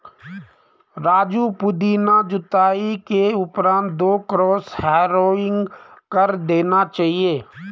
राजू पुदीना जुताई के उपरांत दो क्रॉस हैरोइंग कर देना चाहिए